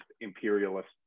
imperialist